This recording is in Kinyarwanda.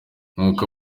nkuko